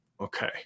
okay